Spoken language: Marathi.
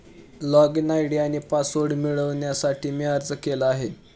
लॉगइन आय.डी आणि पासवर्ड मिळवण्यासाठी मी अर्ज केला आहे